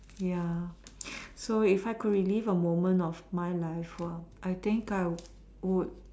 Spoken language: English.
ya so if I could relieve a moment of my life I think I would